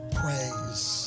praise